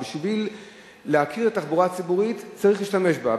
בשביל להכיר את התחבורה הציבורית צריך להשתמש בה.